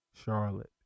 Charlotte